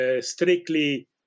strictly